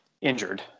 injured